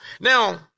Now